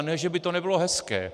Ne že by to nebylo hezké.